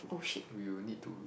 we will need to